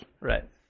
right